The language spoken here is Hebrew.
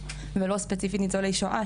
יתכן ויוקצה כסף נוסף לרשות לניצולי שואה